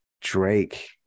Drake